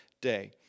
day